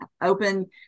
open